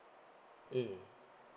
mm